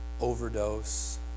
overdose